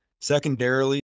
Secondarily